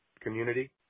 community